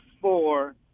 four